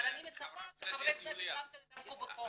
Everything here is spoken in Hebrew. אבל אני מצפה שחברי כנסת גם יתעמקו בחומר.